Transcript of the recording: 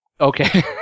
Okay